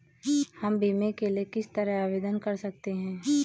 हम बीमे के लिए किस तरह आवेदन कर सकते हैं?